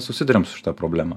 susiduriam su šita problema